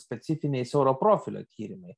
specifiniai siauro profilio tyrimai